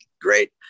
great